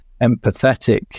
empathetic